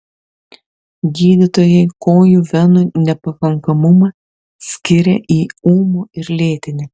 gydytojai kojų venų nepakankamumą skiria į ūmų ir lėtinį